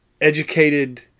educated